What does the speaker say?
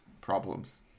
problems